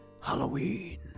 Halloween